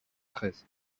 treize